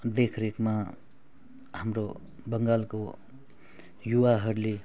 देखरेखमा हाम्रो बङ्गालको युवाहरूले